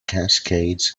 cascades